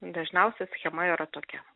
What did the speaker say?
dažniausia schema yra tokia